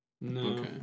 No